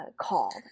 called